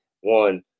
one